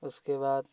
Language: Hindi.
उसके बाद